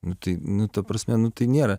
nu tai nu ta prasme nu tai nėra